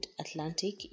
Atlantic